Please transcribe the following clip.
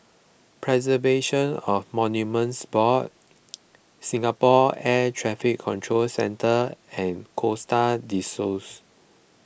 Preservation of Monuments Board Singapore Air Traffic Control Centre and Costa Del Sols